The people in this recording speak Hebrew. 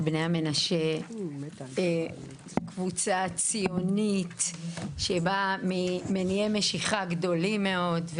בני המנשה הם קבוצה ציונית שבאה ממניעי משיכה גדולים מאוד,